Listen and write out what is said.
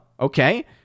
okay